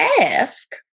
ask